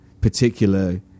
particular